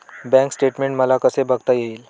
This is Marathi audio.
बँक स्टेटमेन्ट मला कसे बघता येईल?